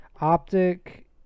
Optic